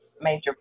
major